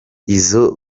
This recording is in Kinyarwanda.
izo